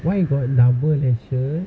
why you got double lashes